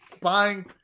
buying